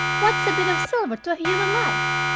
what's a bit of silver to a human life?